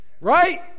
right